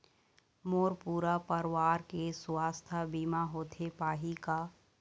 मोर पूरा परवार के सुवास्थ बीमा होथे पाही का?